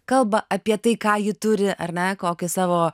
kalba apie tai ką ji turi ar mes kokį savo